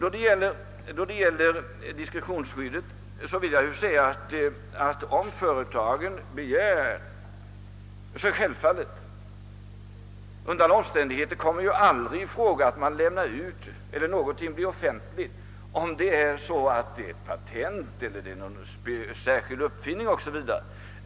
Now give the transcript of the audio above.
Beträffande diskretionsskyddet vill jag säga, att om företaget begär diskretion försöker vi självfallet tillmötesgå en sådan begäran. Det förekommer inte att man offentliggör något som rör patent eller någon särskild uppfinning o.s.v.